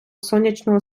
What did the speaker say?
сонячного